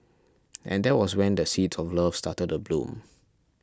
and that was when the seeds of love started to bloom